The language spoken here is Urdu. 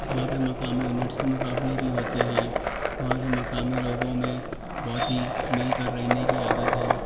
وہاں پہ مقامی یونٹس کے مقابلے بھی ہوتے ہیں وہاں کے مقامی لوگوں میں بہت ہی مل کر رہنے کی عادت ہے